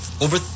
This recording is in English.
over